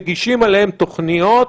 מגישים עליהם תוכניות,